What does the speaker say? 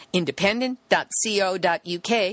independent.co.uk